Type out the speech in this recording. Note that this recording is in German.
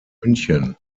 münchen